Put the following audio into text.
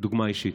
דוגמה אישית.